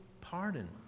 pardon